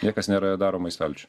niekas nėra daroma į stalčių